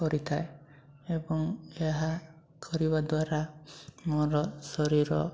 କରିଥାଏ ଏବଂ ଏହା କରିବା ଦ୍ୱାରା ମୋର ଶରୀର